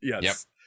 yes